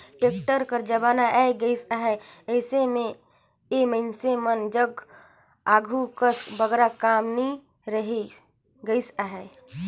tractor कर जमाना आए गइस अहे, अइसे मे ए मइनसे मन जग आघु कस बगरा काम नी रहि गइस अहे